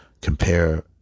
compare